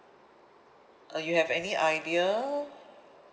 uh you have any idea